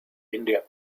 india